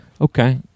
Okay